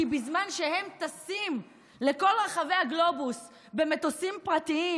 כי בזמן שהם טסים לכל רחבי הגלובוס במטוסים פרטיים